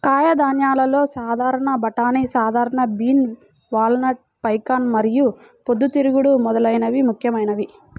కాయధాన్యాలలో సాధారణ బఠానీ, సాధారణ బీన్, వాల్నట్, పెకాన్ మరియు పొద్దుతిరుగుడు మొదలైనవి ముఖ్యమైనవి